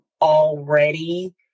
already